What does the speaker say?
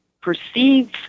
perceive